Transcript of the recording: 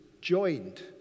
Joined